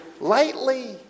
lightly